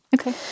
okay